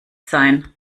sein